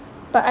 but I